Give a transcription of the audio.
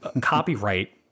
copyright